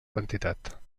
quantitat